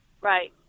Right